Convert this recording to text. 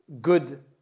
good